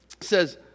says